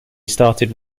started